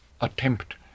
attempt